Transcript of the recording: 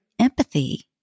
empathy